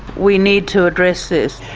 we need to address this.